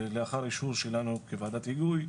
לאחר אישור שלנו לוועדת היגוי,